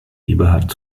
eberhardt